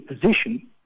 position